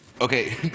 Okay